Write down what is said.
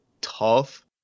tough